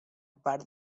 part